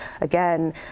again